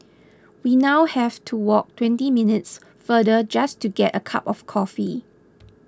we now have to walk twenty minutes farther just to get a cup of coffee